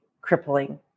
crippling